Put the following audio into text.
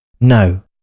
No